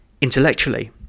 Intellectually